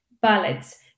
ballads